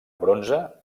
bronze